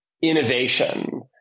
innovation